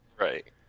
Right